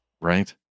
right